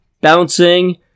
bouncing